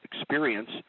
experience